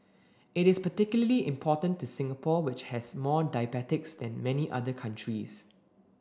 it is particularly important to Singapore which has more diabetics than many other countries